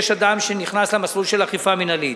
אדם שנכנס למסלול של אכיפה מינהלית.